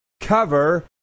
cover